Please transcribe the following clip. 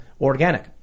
organic